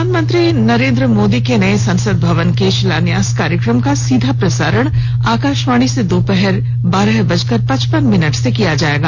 प्रधानमंत्री नरेन्द्र मोदी के नये संसद भवन के शिलान्यास कार्यक्रम का सीधा प्रसारण आकाशवाणी से दोपहर बारह बजकर पचपन मिनट से किया जायेगा